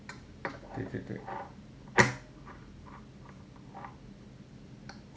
对对对